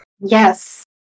Yes